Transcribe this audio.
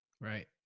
Right